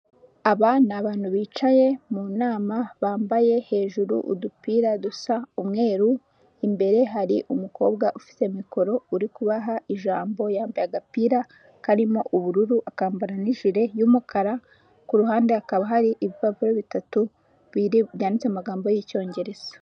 Aba ni abantu bicaye mu nama bambaye hejuru udupira dusa umweru imbere hari umukobwa ufite mikoro uri kubaha ijambo yambaye agapira karimo ubururu akambara nijire y'umukara kuruhande hakaba hari ibi papuro bitatu byanditse mu magambo y'icyongereza.